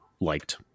liked